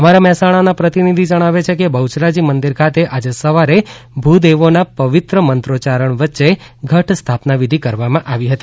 અમારા મહેસાણાના પ્રતિનિધિ જણાવે છે કે બહયરાજી મંદિર ખાતે આજે સવારે ભૂદેવોના પવિત્ર મંત્રોચ્યારણ વચ્ચે ઘટસ્થાપન વિધિ કરવામાં આવી હતી